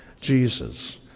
Jesus